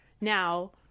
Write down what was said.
now